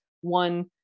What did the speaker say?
one